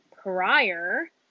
prior